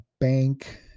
bank